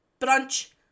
brunch